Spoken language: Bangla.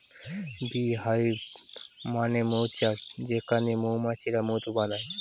বী হাইভ মানে মৌচাক যেখানে মৌমাছিরা মধু বানায়